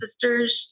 sisters